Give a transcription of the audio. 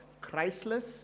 Christless